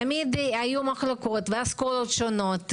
תמיד היו מחלוקות ואסכולות שונות,